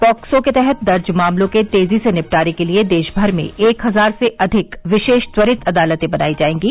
POCSO के तहत दर्ज मामलों के तेजी से निपटारे के लिए देश भर में एक हजार से अधिक विशेष त्वरित अदालतें बनाई जाएंगी